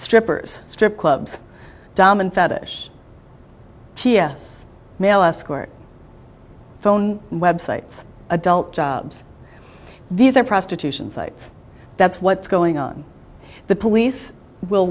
strippers strip clubs dom and fetish ts male escort phone web sites adult jobs these are prostitution sites that's what's going on the police will